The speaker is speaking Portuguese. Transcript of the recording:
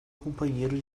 companheiro